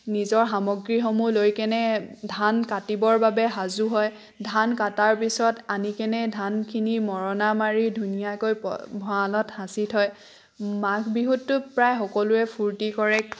নিজৰ সামগ্ৰীসমূহ লৈ কেনে ধান কাটিবৰ বাবে সাজু হয় ধান কাটাৰ পিছত আনি কেনে ধানখিনি মৰণা মাৰি ধুনীয়াকৈ ব ভঁৰালত সাঁচি থয় মাঘ বিহুতো প্ৰায় সকলোৱে ফূৰ্তি কৰে